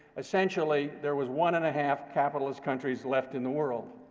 essentially there was one and a half capitalist countries left in the world,